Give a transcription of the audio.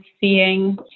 seeing